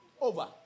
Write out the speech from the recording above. Over